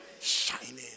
Shining